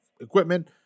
equipment